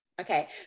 Okay